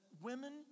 Women